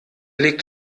legt